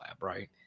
right